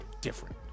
different